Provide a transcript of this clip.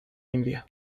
india